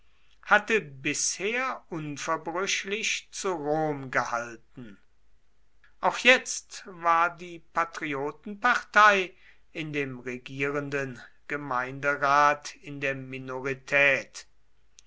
hatte bisher unverbrüchlich zu rom gehalten auch jetzt war die patriotenpartei in dem regierenden gemeinderat in der minorität